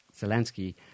Zelensky